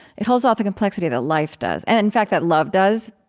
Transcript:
it holds all the complexity that life does and, in fact, that love does,